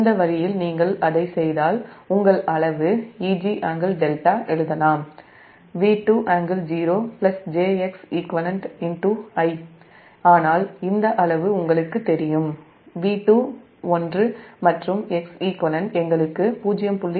இந்த வழியில் நீங்கள் அதை செய்தால் உங்கள் அளவு Eg∟δஎழுதலாம் |V2| ∟00 j Xeq Iஆனால் இந்த அளவு உங்களுக்குத் தெரியும் | V2 | 1 மற்றும் Xeq எங்களுக்கு 0